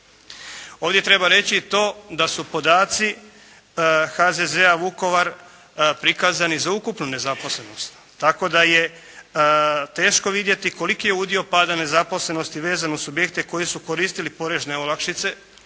Ovdje treba reći i to da su podaci HZZ-a Vukovar prikazani za ukupnu nezaposlenost tako da je teško vidjeti koliko je udio pada nezaposlenosti vezan uz subjekte koji su koristili porezne olakšice,